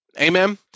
Amen